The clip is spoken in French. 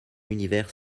univers